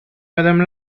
madame